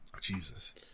Jesus